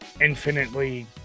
infinitely